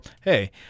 hey